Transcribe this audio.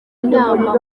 inama